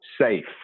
safe